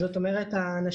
נכון.